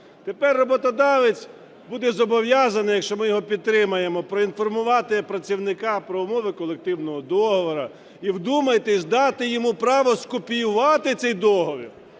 Тепер роботодавець буде зобов'язаний, якщо ми його підтримаємо, проінформувати працівника про умови колективного договору і, вдумайтесь, дати йому право скопіювати цей договір.